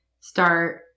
start